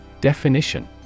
Definition